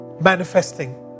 manifesting